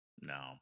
no